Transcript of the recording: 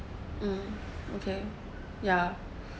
um okay ya